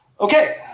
Okay